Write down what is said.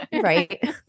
right